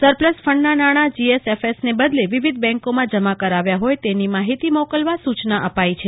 surplus ફંડના નાણાં જીએસએફએસને બદલે વિવિધ બેંકોમાં જમા કરાવ્યા હોય તેની માહીતી મોકલવા સૂચના આપી છે